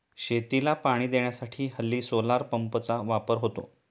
शेतीला पाणी देण्यासाठी हल्ली सोलार पंपचा वापर होतो